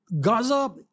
Gaza